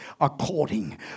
according